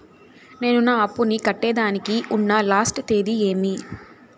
నేను నా అప్పుని కట్టేదానికి ఉన్న లాస్ట్ తేది ఏమి?